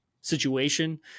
situation